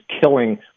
killing